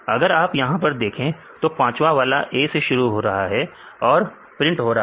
अगर आप यहां पर देखें तो पांचवा वाला A से शुरू हो रहा है और प्रिंट हो रहा है